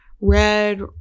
Red